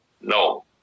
No